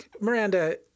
Miranda